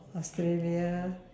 australia